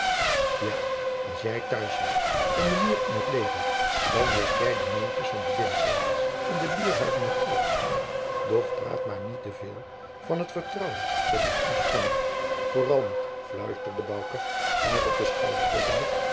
ja als jij t'huis waart en mijnheer in t leger dan wist jij de nieuwtjens van de binneplaats en de bierhuizen t eerst doch praat maar niet te veel van het vertrouwen dat men u schonk vooral niet fluisterde bouke haar op den